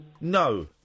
No